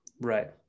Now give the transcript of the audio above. Right